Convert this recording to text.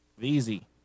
Easy